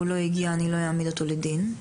אני לא אעמיד אותו לדין.